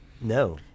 No